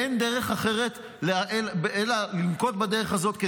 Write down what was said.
אין דרך אחרת אלא לנקוט בדרך הזאת,